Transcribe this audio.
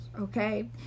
okay